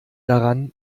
daran